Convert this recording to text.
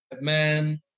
Man